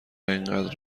اینقدر